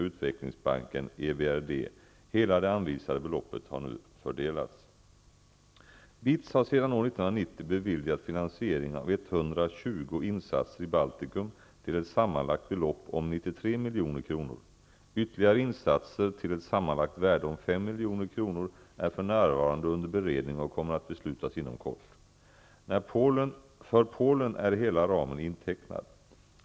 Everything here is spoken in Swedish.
BITS har sedan år 1990 beviljat finansiering av 120 insatser i Baltikum till ett sammanlagt belopp om 93 milj.kr. Ytterligare insatser till ett sammanlagt värde om 5 milj.kr. är för närvarande under beredning och kommer att beslutas inom kort. För Polen är hela ramen intecknad.